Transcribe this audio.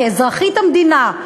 כאזרחית המדינה,